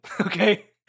okay